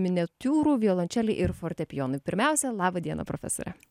miniatiūrų violončelei ir fortepijonui pirmiausia laba diena profesore